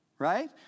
Right